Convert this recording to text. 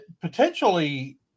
potentially